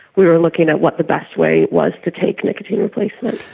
we were looking at what the best way was to take nicotine replacement.